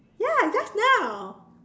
ya just now